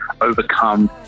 overcome